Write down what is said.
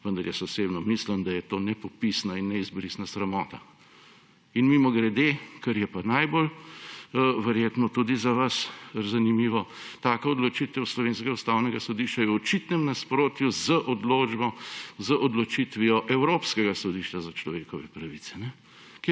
vendar osebno mislim, da je to nepopisna in neizbrisna sramota. Mimogrede, kar je pa verjetno tudi za vas najbolj zanimivo, taka odločitev slovenskega ustavnega sodišča je v očitnem nasprotju z odločbo, z odločitvijo Evropskega sodišča za človekove pravice,